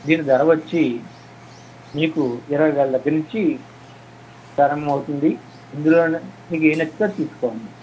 దీని ధర వచ్చి మీకు ఇరవై వేల దగ్గర నించి ప్రారంభం అవుతుంది ఇందులో మీకు ఏది నచ్చితే అది తీసుకోండి